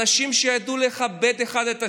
אנשים שידעו לכבד אחד את השני,